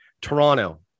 Toronto